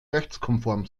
rechtskonform